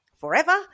forever